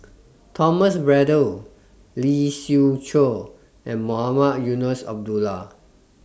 Thomas Braddell Lee Siew Choh and Mohamed Eunos Abdullah